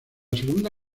segunda